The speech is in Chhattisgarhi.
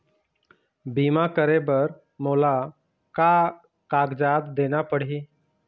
बीमा करे बर मोला का कागजात देना पड़ही?